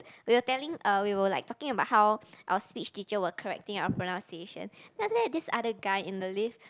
we were telling uh we were like talking about how our speech teacher were correcting our pronunciation then after that this other guy in the lift